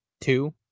two